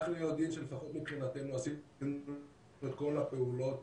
אנחנו יודעים שלפחות מבחינתנו עשינו את כל הפעולות